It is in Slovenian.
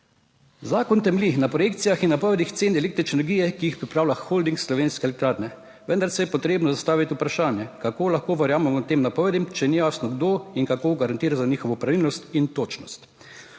Zakon temelji na projekcijah in napovedih cen električne energije, ki jih pripravlja Holding Slovenske elektrarne. Vendar se je potrebno zastaviti vprašanje, kako lahko verjamemo tem napovedim, če ni jasno, kdo in kako garantira za njihovo pravilnost in točnost.